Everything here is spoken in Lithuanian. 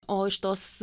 o iš tos